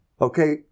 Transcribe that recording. Okay